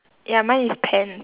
ya mine is pants